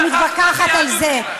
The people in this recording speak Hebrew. אני לא מתווכחת על זה.